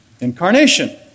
Incarnation